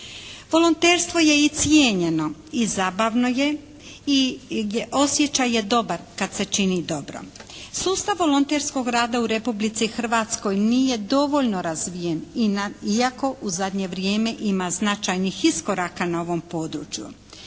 Volonterstvo je i cijenjeno i zabavno je i osjećaj je dobar kad se čini dobro. Sustav volonterskog rada u Republici Hrvatskoj nije dovoljno razvijen iako u zadnje vrijeme ima značajnih iskoraka na ovom području.